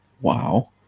wow